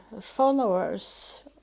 followers